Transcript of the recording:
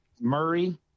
Murray